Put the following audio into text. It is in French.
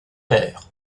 père